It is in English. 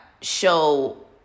show